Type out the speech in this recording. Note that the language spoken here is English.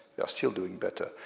they are still doing better,